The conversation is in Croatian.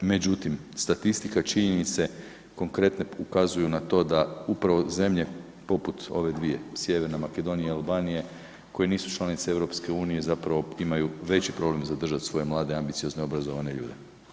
Međutim, statistika činjenice konkretne ukazuju na to da upravo zemlje poput ove dvije, Sjeverna Makedonija i Albanije, koje nisu članice EU zapravo imaju veći problem zadržati svoje mlade, ambiciozne, obrazovane ljude.